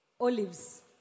Olives